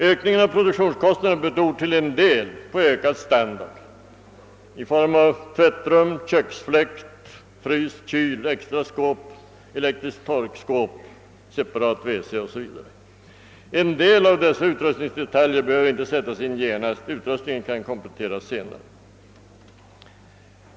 Ökningen av produktionskostnaden beror till en del på ökad standard i form av tvättrum, köksfläkt, frys, kyl, extraskåp, elektriskt torkskåp, separat wc o.s.v. En del av dessa inredningsdetaljer behöver inte sättas in genast. Utrustningen kan kompletteras senare.